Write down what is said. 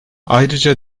ayrıca